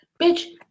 bitch